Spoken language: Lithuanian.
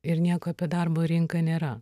ir nieko apie darbo rinką nėra